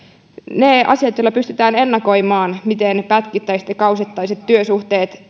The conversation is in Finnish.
ne asiat joilla pystytään ennakoimaan miten pätkittäiset ja kausittaiset työsuhteet